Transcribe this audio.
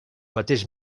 mateix